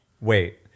Wait